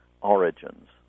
origins